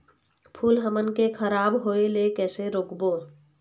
फूल हमन के खराब होए ले कैसे रोकबो?